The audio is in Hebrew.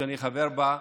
שאני חבר בה,